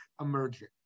emerging